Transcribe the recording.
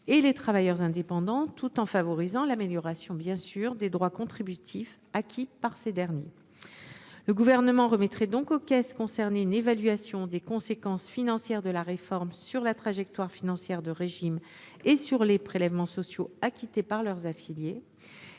les travailleurs indépendants, tout en favorisant l’amélioration des droits contributifs acquis par ces derniers. Le Gouvernement remettrait donc aux caisses concernées une évaluation des conséquences financières de la réforme sur la trajectoire financière des régimes et sur les prélèvements sociaux dont s’acquittent leurs affiliés.